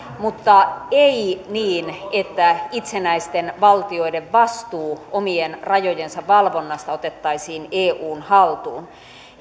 mutta ei niin että itsenäisten valtioiden vastuu omien rajojensa valvonnasta otettaisiin eun haltuun